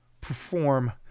perform